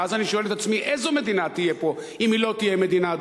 ואז אני שואל את עצמי: איזו מדינה תהיה פה אם היא לא תהיה דו-לאומית?